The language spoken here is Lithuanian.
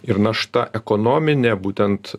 ir našta ekonominė būtent